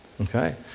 Okay